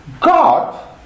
God